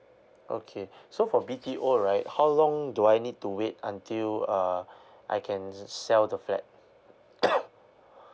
okay so for B_T_O right how long do I need to wait until uh I can sell the flat